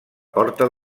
porta